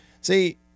See